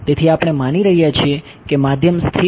તેથી આપણે માની રહ્યા છીએ કે માધ્યમ સ્થિર છે